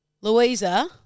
Louisa